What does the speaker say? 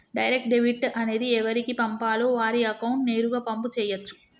direct debit అనేది ఎవరికి పంపాలో వారి అకౌంట్ నేరుగా పంపు చేయచ్చు